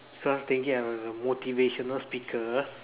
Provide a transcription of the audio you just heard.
cause thinking I'm a motivational speaker